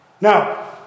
now